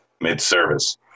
mid-service